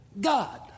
God